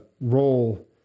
role